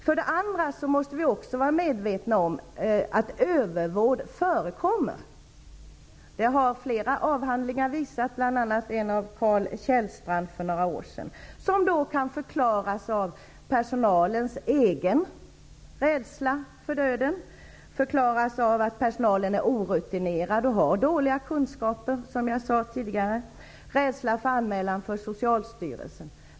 För det andra måste vi också vara medvetna om att övervård förekommer. Det har flera avhandlingar visat, bl.a. en av Carl Kjellstrand för några år sedan. Denna övervård kan förklaras av personalens egen rädsla för döden, personalens egen orutin och dåliga kunskaper. Den kan bero på rädsla för anmälan till Socialstyrelsen.